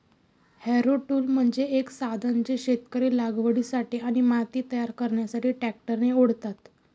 Harrow tool म्हणजे एक साधन जे शेतकरी लागवडीसाठी आणि माती तयार करण्यासाठी ट्रॅक्टरने ओढतात